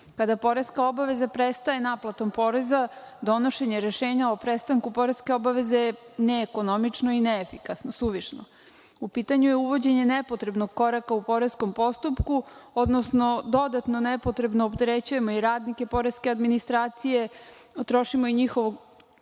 Kada poreska obaveza prestane naplatom poreza donošenje rešenja o prestanku poreske obaveze je neekonomično i neefikasno, suvišno. U pitanju je uvođenje nepotrebnog koraka u poreskom postupku, odnosno dodatno nepotrebno opterećujemo i radnike poreske administracije, trošimo i njihovo